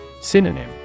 Synonym